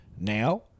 now